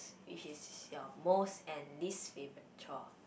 which is your most and least favourite chore